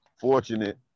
fortunate